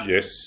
Yes